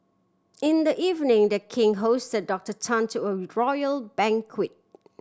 in the evening The King hosted Doctor Tan to a royal banquet